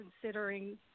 considering